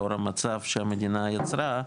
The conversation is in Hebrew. לאור המצב שהמדינה יצרה,